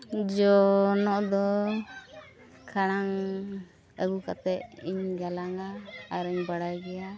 ᱡᱚᱱᱚᱜ ᱫᱚ ᱠᱷᱟᱲᱟᱝ ᱟᱹᱜᱩ ᱠᱟᱛᱮᱫ ᱤᱧ ᱜᱟᱞᱟᱝᱟ ᱟᱨᱤᱧ ᱵᱟᱲᱟᱭ ᱜᱮᱭᱟ